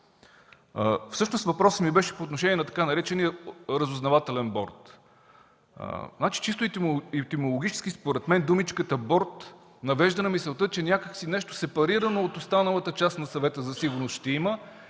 Всъщност въпросът ми беше по отношение на така наречения „Разузнавателен борд”. Според мен чисто етимологично думичката „борд” навежда на мисълта, че някъде нещо се парира, но от останалата част на Съвета за сигурност ще има,